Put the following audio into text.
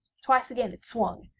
twice again it swung,